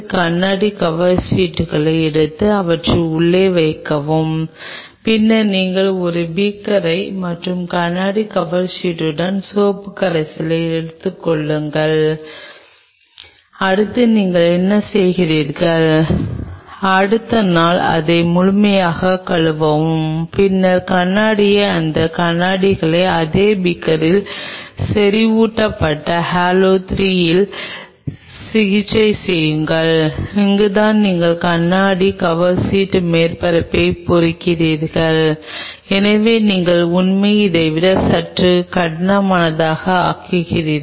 எனவே இங்கே நீங்கள் தின் பிலிம் அல்லது ஒரு தின் பிலிம் அல்லது ஒரு தின் ஜெல் கொண்ட கண்ணாடி சப்ஸ்ர்டேட் இல்லாத செல்களை வளர்ப்பதில்லை நீங்கள் முழு ஜெல்லையும் வைத்திருக்கிறீர்கள் மேலும் நீங்கள் ஜெல்லில் செல்களை வளர்க்க விரும்புகிறீர்கள்